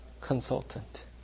consultant